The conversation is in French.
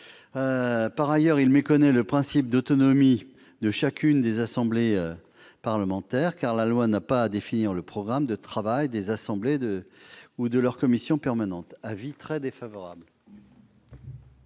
Par ailleurs, il méconnaît le principe d'autonomie de chacune des assemblées parlementaires, car la loi n'a pas à définir le programme de travail des assemblées et de leurs commissions permanentes. L'avis est très défavorable.